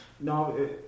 no